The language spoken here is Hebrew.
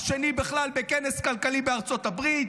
השני בכלל בכנס כלכלי בארצות הברית,